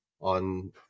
on